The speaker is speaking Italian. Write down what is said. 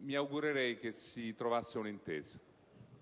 mi auguro che si trovi un'intesa.